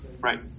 Right